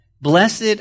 Blessed